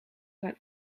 zijn